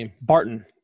Barton